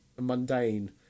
mundane